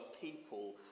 people